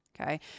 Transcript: okay